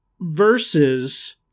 versus